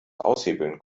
aushebeln